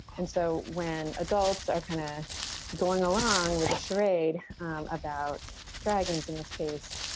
and so when adults are kind of going along with a schrade um about dragons in this case,